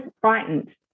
frightened